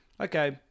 Okay